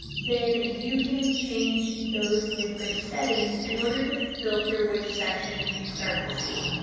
then you can change those different setting in order to filter which sections you start to see.